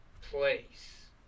place